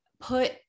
put